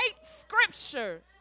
scriptures